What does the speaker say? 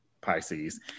Pisces